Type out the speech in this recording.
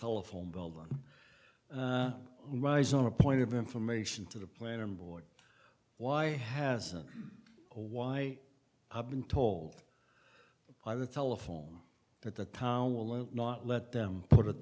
telephone bell don't rise on a point of information to the plate on board why hasn't or why i've been told by the telephone that the town will not let them put a